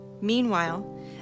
Meanwhile